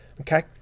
Okay